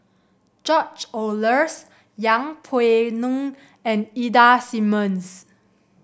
George Oehlers Yeng Pway Ngon and Ida Simmons